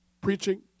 preaching